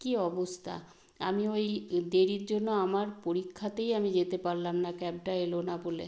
কী অবস্থা আমি ওই দেরির জন্য আমার পরীক্ষাতেই আমি যেতে পারলাম না ক্যাবটা এলো না বলে